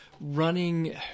running